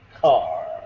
car